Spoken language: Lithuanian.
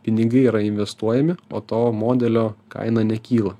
pinigai yra investuojami o to modelio kaina nekyla